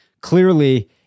Clearly